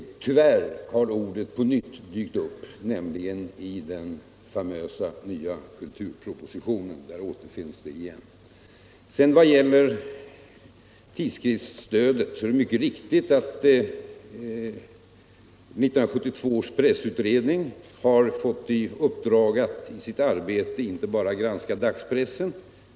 Tyvärr har ordet på nytt dykt upp, nämligen i den famösa nya kulturpropositionen. Vad sedan gäller tidskriftsstödet är det mycket riktigt att 1972 års 141 pressutredning har fått i uppdrag att i sitt arbete inte bara granska dagspressen.